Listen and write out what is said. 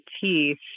Teeth